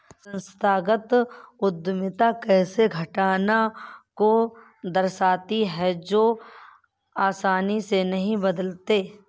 संस्थागत उद्यमिता ऐसे घटना को दर्शाती है जो आसानी से नहीं बदलते